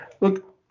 Look